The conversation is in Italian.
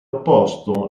opposto